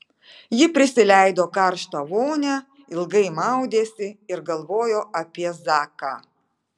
ji prisileido karštą vonią ilgai maudėsi ir galvojo apie zaką